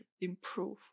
improve